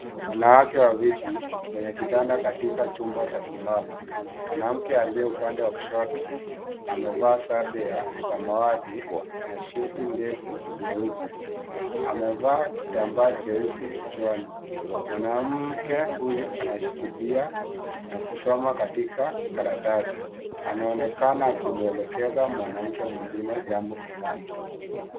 Wanawake wawili, kwenye kitanda katika chumba cha kulala. Mwanamke aliye upande wa kushoto amevaa sare ya samawati na shiti ndefu nyeupe. Amevaa kitambaa jeusi kichwani. Mwanamke huyo anashikilia na kusoma katika karatasi. Anaonekana akimwelegeza mwanamke mwingine jambo fulani.